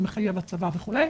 שמחייב הצבה וכולי.